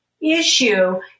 issue